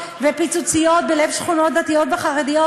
ופיצוציות בלב שכונות דתיות וחרדיות.